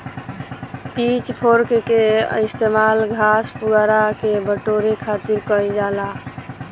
pitch fork के इस्तेमाल घास, पुआरा के बटोरे खातिर कईल जाला